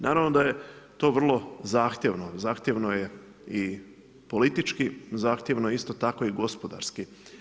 Naravno da je to vrlo zahtjevno, zahtjevno je i politički, zahtjevno je isto tako i gospodarski.